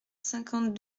cinquante